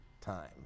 time